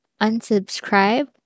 unsubscribe